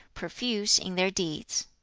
profuse in their deeds.